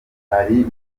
ari